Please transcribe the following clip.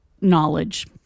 knowledge